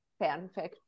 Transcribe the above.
fanfic